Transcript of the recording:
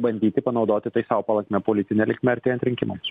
bandyti panaudoti tai sau palankia politine linkme artėjant rinkimams